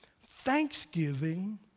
thanksgiving